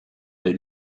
they